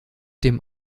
dem